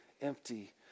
empty